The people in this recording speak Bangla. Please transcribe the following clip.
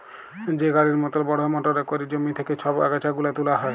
যে গাড়ির মতল বড়হ মটরে ক্যইরে জমি থ্যাইকে ছব আগাছা গুলা তুলা হ্যয়